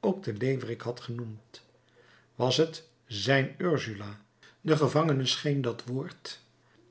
ook de leeuwerik had genoemd was het zijn ursula den gevangene scheen dat woord